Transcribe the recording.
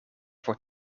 voor